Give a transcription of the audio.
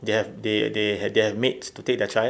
they have they they have maids to take their child